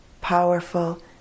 powerful